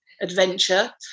adventure